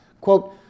quote